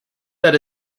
that